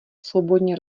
svobodně